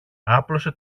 άπλωσε